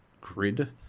grid